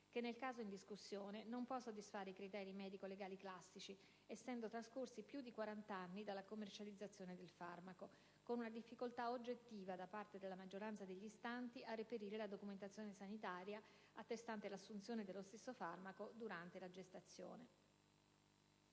che nel caso in discussione non può soddisfare i criteri medico-legali classici, essendo trascorsi più di quarant'anni dalla commercializzazione del farmaco, con una difficoltà oggettiva da parte della maggioranza degli istanti a reperire la documentazione sanitaria attestante l'assunzione dello stesso farmaco durante la gestazione.